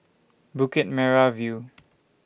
Bukit Merah View